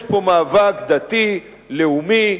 יש פה מאבק דתי, לאומי,